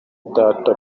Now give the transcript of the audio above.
data